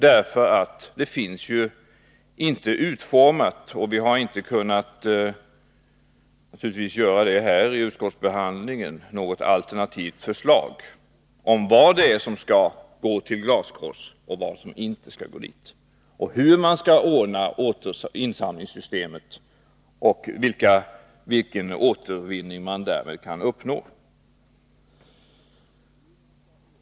Vi har naturligtvis i utskottsbehandlingen inte kunnat utforma något alternativt förslag om vad det är som skall gå till glaskross och vad som inte skall gå dit och hur man skall ordna insamlingssystemet och vilken återvinning man därmed kan uppnå.